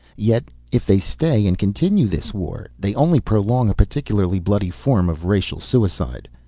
yet, if they stay and continue this war, they only prolong a particularly bloody form of racial suicide.